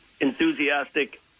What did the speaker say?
enthusiastic